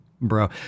bro